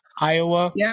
Iowa